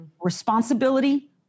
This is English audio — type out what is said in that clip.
responsibility